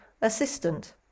assistant